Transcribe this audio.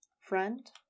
friend